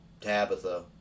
Tabitha